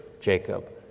Jacob